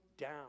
down